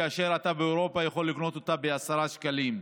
כאשר באירופה אפשר לקנות ב-10 שקלים,